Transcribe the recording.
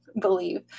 believe